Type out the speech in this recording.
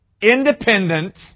independent